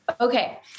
Okay